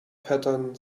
pattern